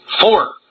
Four